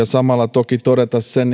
samalla toki todeta sen